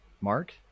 mark